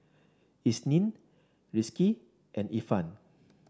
Isnin Rizqi and Irfan